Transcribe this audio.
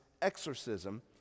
exorcism